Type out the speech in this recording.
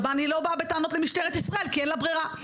אני לא באה בטענות למשטרת ישראל, כי אין לה ברירה.